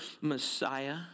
Messiah